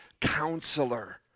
counselor